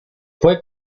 fue